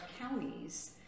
counties